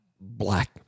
black